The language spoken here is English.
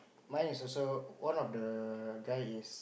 mine is also one of the guy is